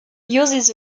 uses